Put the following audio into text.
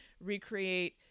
recreate